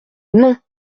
non